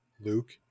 Luke